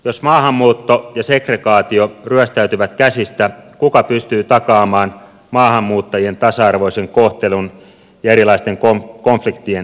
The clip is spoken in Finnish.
jos maahanmuutto ja segregaatio ryöstäytyvät käsistä kuka pystyy takaamaan maahanmuuttajien tasa arvoisen kohtelun ja erilaisten konfliktien ehkäisemisen